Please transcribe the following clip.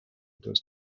das